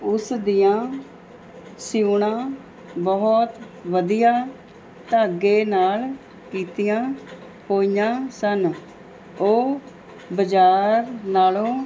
ਉਸ ਦੀਆਂ ਸਿਊਣਾਂ ਬਹੁਤ ਵਧੀਆ ਧਾਗੇ ਨਾਲ਼ ਕੀਤੀਆਂ ਹੋਈਆਂ ਸਨ ਉਹ ਬਜ਼ਾਰ ਨਾਲ਼ੋਂ